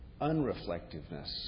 unreflectiveness